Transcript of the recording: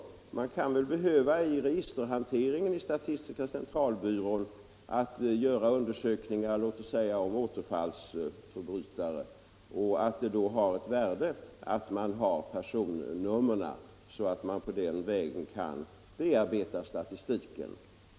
Statistiska centralbyrån kan vid sin registerhantering behöva göra undersökningar om låt oss säga återfallsförbrytare. Då är det av värde att man har personnumren så att man på den vägen kan bearbeta statistiken.